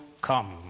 come